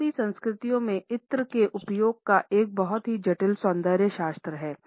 अरबी संस्कृतियों में इत्र के उपयोग का एक बहुत ही जटिल सौंदर्यशास्त्र है